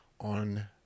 on